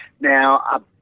Now